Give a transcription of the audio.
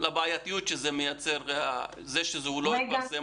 לבעייתיות שזה יוצר ולכך שזה לא התפרסם